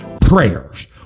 prayers